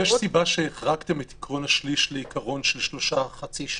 האם יש סיבה שהחרגתם את עקרון השליש לעקרון של חצי שנה?